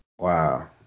Wow